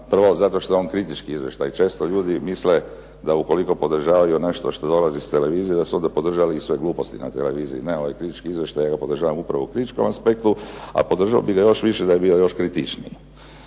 prvo zato što je on kritički izvještaj. Često ljudi misle da ukoliko podržavaju nešto što dolazi s televizije da su onda podržali i sve gluposti na televiziji. Ne, ovaj kritički izvještaj ja ga podržavam upravo u kritičkom aspektu a podržao bih ga još više da je bio još kritičniji.